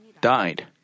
died